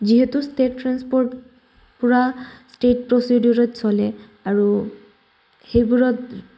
যিহেতু state transport পৰা state প্ৰচিডৰত চলে আৰু সেইবোৰত